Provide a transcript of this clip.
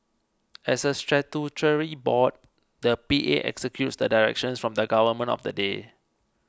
as a statutory board the P A executes the directions from the government of the day